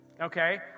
okay